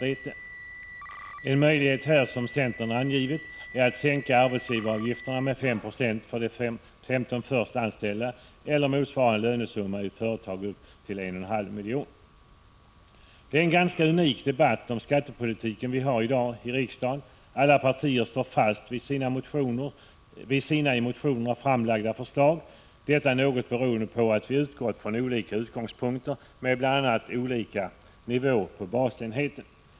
En möjlighet här som centern angivit är att sänka arbetsgivaravgifterna med 5 procentenheter för de 15 första anställda eller motsvarande lönesumma i företag upp till 1,5 milj.kr. Det är en ganska speciell debatt om skattepolitiken som vi för i dag i riksdagen. Alla partier står fast vid sina i motioner framlagda förslag, och detta beror i viss mån på att vi har utgått från olika utgångspunkter, med bl.a. olika nivåer för basenheten.